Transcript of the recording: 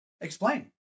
Explain